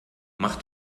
macht